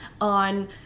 on